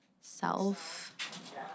self